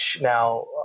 now